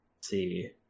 see